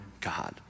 God